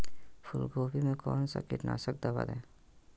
फूलगोभी में कौन सा कीटनाशक दवा दे?